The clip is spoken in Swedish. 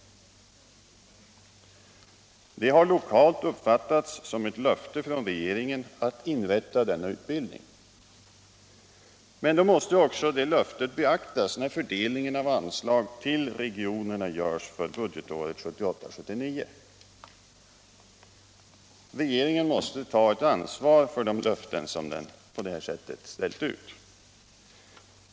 Det har lokalt uppfattats som ett löfte från regeringen att inrätta denna utbildning. Men då måste också detta löfte beaktas när fördelningen av anslag till regionerna görs för budgetåret 1978/79. Regeringen måste ta ett ansvar för de löften som den på det här sättet ställt ut.